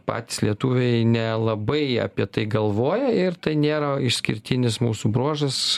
patys lietuviai nelabai apie tai galvoja ir tai nėra išskirtinis mūsų bruožas